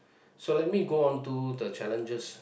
so let me go on to the challenges